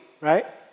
right